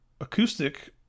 acoustic